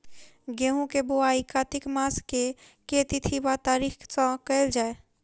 गेंहूँ केँ बोवाई कातिक मास केँ के तिथि वा तारीक सँ कैल जाए?